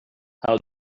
how